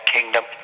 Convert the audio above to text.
Kingdom